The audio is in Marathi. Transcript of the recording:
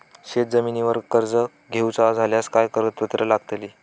शेत जमिनीवर कर्ज घेऊचा झाल्यास काय कागदपत्र लागतली?